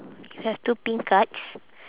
have two pink cards